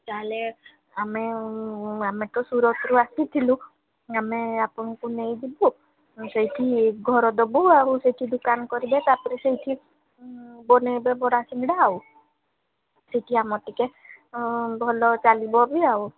ତା'ହେଲେ ଆମେ ଆମେ ତ ସୁରତରୁୁ ଆସିଥିଲୁ ଆମେ ଆପଣଙ୍କୁ ନେଇଯିବୁ ସେଇଠି ନେଇ ଘର ଦେବୁ ଆଉ ସେଇଠି ଦୋକାନ କରିବେ ତାପରେ ସେଇଠି ବନାଇବେ ବରାଶିଙ୍ଗଡ଼ା ଆଉ ସେଇଠି ଆମ ଟିକେ ଭଲ ଚାଲିବ ବି ଆଉ